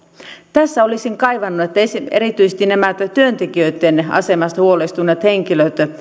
tässä olisin kaivannut että erityisesti nämä työntekijöitten asemasta huolestuneet henkilöt